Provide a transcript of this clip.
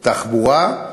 תחבורה,